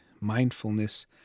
Mindfulness